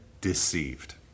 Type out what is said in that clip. deceived